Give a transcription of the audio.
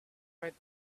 right